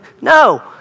No